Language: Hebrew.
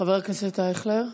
חבר הכנסת אייכלר.